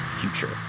future